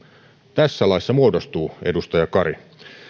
tässä laissa muodostuu edustaja kari